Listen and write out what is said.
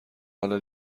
حالا